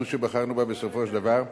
זו שבחרנו בה בסופו של דבר,